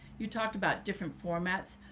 you talked about different formats.